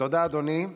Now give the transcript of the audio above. תודה, אדוני.